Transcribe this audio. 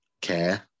care